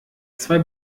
zwei